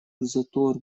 затор